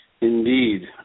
Indeed